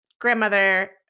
grandmother